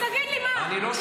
תגיד לי, מה?